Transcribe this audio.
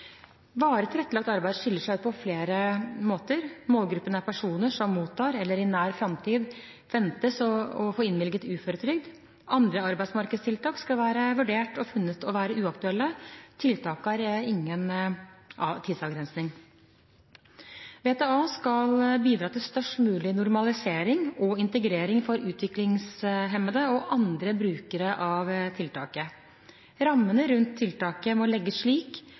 Varig tilrettelagt arbeid skiller seg ut på flere måter. Målgruppen er personer som mottar eller i nær framtid ventes å få innvilget uføretrygd. Andre arbeidsmarkedstiltak skal være vurdert og funnet å være uaktuelle. Tiltaket har ingen tidsavgrensning. VTA skal bidra til størst mulig normalisering